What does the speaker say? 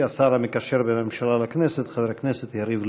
השר המקשר בין הממשלה לכנסת חבר הכנסת יריב לוין.